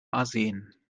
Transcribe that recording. arsen